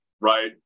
right